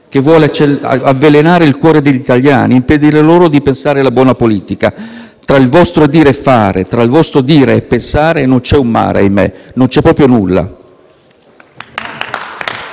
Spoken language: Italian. che vuole avvelenare il cuore degli italiani, impedendo loro di pensare alla buona politica. Tra il vostro dire e fare e tra il vostro dire e pensare non c'è un mare, ahimè: non c'è proprio nulla!